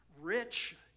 rich